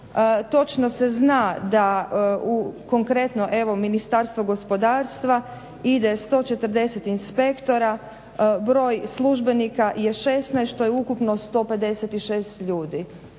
točno se zna da konkretno evo Ministarstvo gospodarstva ide 140 inspektora, broj službenika je 16 što je ukupno 156 ljudi.